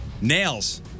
Nails